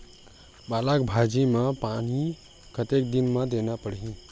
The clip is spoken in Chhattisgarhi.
पालक भाजी म पानी कतेक दिन म देला पढ़ही?